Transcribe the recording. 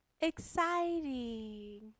exciting